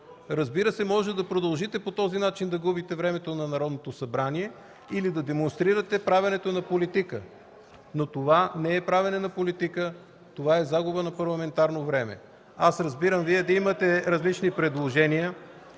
разбира се, можете да продължите по този начин да губите времето на Народното събрание или да демонстрирате правенето на политика. Но това не е правене на политика, а загуба на парламентарно време. Разбирам Вие да имате различни предложения,